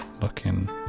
looking